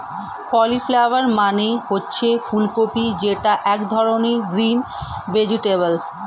cauliflower মানে হচ্ছে ফুলকপি যেটা এক ধরনের গ্রিন ভেজিটেবল